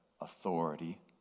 authority